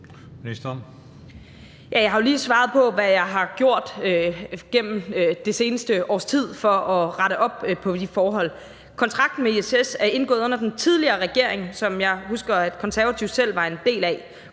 Jeg har jo lige svaret på, hvad jeg har gjort gennem det seneste års tid for at rette op på de forhold. Kontrakten med ISS er indgået under den tidligere regering, som jeg husker at Konservative selv var en del af.